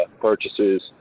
purchases